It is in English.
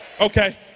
okay